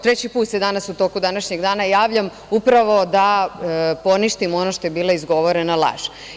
Treći put se danas u toku današnjeg dana javljam upravo da poništim ono što je bila izgovorena laž.